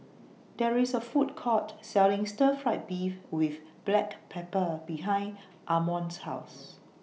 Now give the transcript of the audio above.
There IS A Food Court Selling Stir Fried Beef with Black Pepper behind Amon's House